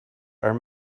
are